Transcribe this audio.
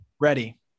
Ready